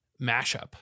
Mashup